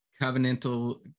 covenantal